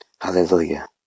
Hallelujah